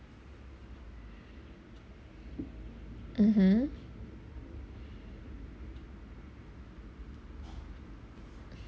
mmhmm